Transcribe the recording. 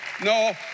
no